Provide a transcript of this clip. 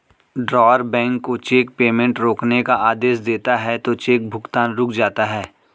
drawer bank को cheque payment रोकने का आदेश देता है तो चेक भुगतान रुक जाता है